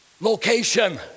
location